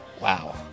Wow